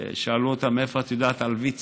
שאלו אותה: מאיפה את יודעת על ויצ"ו?